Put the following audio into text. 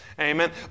amen